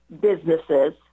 businesses